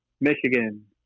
Michigan